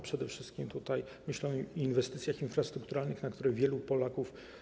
Przede wszystkim myślę o inwestycjach infrastrukturalnych, na które czeka wielu Polaków.